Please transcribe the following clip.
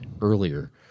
earlier